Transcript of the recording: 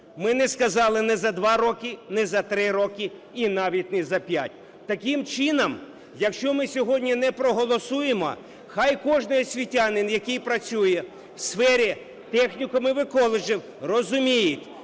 Ми не сказали ні за два роки, ні за три роки, і навіть не за п'ять. Таким чином, якщо ми сьогодні не проголосуємо, хай кожний освітянин, який працює у сфері технікумів і коледжів розуміють,